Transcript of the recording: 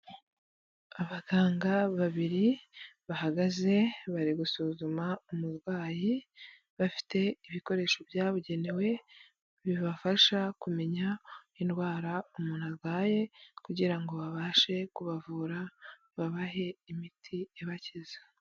Abaganga babiri bahagaze bari gusuzuma umurwayi, bafite ibikoresho byabugenewe bibafasha kumenya indwara umuntu arwaye kugira ngo babashe kubavura babahe imiti ibakiza.